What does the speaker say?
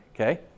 Okay